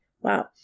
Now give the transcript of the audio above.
wow